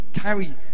carry